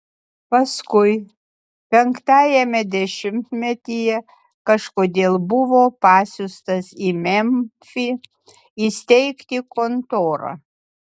paskui penktajame dešimtmetyje kažkodėl buvo pasiųstas į memfį įsteigti kontorą